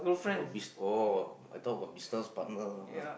got bus~ oh I thought got business partner lah